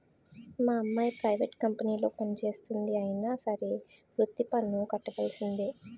మా అమ్మాయి ప్రైవేట్ కంపెనీలో పనిచేస్తంది అయినా సరే వృత్తి పన్ను కట్టవలిసిందే